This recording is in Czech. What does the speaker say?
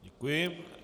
Děkuji.